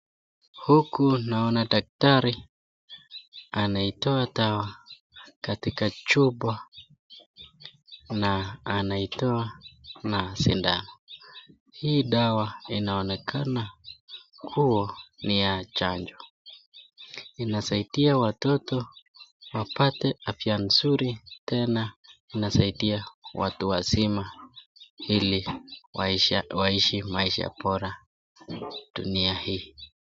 Huku naona daktari anaitoa dawa katika chupa na anaitoa na sindano. Hii dawa inaonekana kuwa ni ya chanjo. Inasaidia watoto wapate afya nzuri tena inasaidia watu wazima ili waishi maisha bora dunia hii.